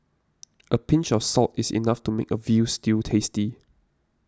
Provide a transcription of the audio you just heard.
a pinch of salt is enough to make a Veal Stew tasty